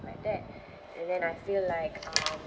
like that and then I feel like um